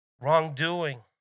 wrongdoing